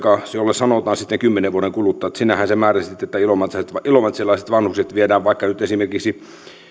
jolle sanotaan sitten kymmenen vuoden kuluttua että sinähän se määräsit että ilomantsilaiset vanhukset viedään vaikka nyt esimerkiksi